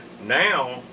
Now